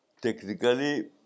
technically